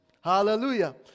Hallelujah